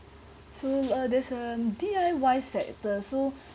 so uh there's a D_I_Y sector so